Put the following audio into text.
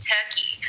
Turkey